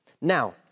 Now